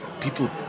People